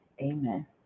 amen